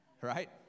Right